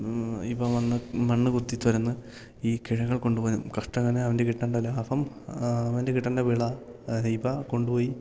ഇവ വന്ന് മണ്ണ് കുത്തി തുരന്ന് ഈ കിഴങ്ങുകൾ കൊണ്ട് പോകുകയും കർഷകന് അവന് കിട്ടേണ്ട ലാഭം അവന് കിട്ടേണ്ട വിള ഇവ കൊണ്ടുപോയി